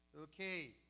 okay